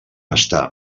està